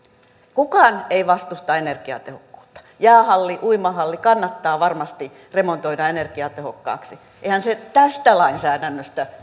kukaan ei vastusta energiatehokkuutta jäähalli uimahalli kannattaa varmasti remontoida energiatehokkaaksi eihän se tästä lainsäädännöstä